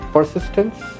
Persistence